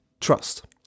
trust